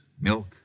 milk